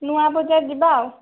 ନୂଆ ବଜାର ଯିବା ଆଉ